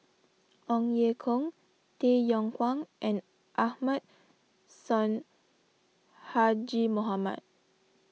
Ong Ye Kung Tay Yong Kwang and Ahmad Sonhadji Mohamad